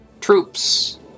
troops